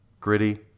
Gritty